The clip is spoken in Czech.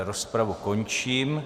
Rozpravu končím.